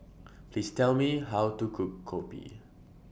Please Tell Me How to Cook Kopi